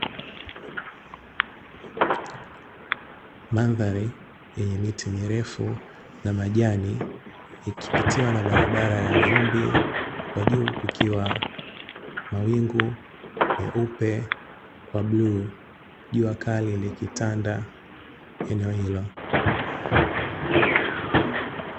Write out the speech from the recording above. Madhari yenye miti mirefu na majani yakipitiwa na barabara ya vumbi, kwa juu kukiwa na wingu jeupe kwa bluu jua kali likitanda eneo hilo.